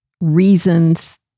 reasons